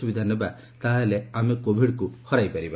ସୁବିଧା ନେବା ତାହା ହେଲେ ଆମେ କୋଭିଡକୁ ହରାଇପାରିବା